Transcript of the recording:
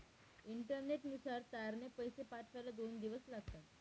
इंटरनेटनुसार तारने पैसे पाठवायला दोन दिवस लागतात